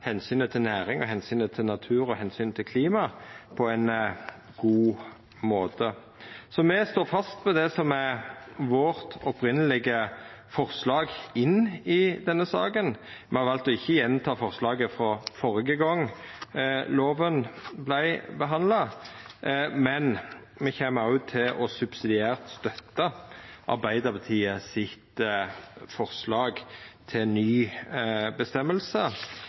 til næring og omsynet til natur og omsynet til klima på ein god måte. Så me står fast på det som er det opphavelege forslaget vårt i denne saka. Me har valt å ikkje gjenta forslaget frå førre gong loven vart behandla, men me kjem òg subsidiært til å støtte Arbeidarpartiets forslag til ny